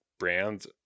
brands